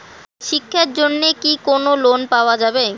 শিক্ষার জন্যে কি কোনো লোন পাওয়া যাবে?